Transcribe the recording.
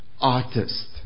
artist